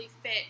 fit